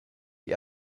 die